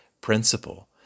principle